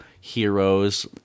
heroes